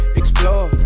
explore